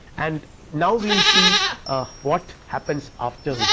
and now we will see ah what happens after husserl,